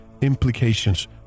implications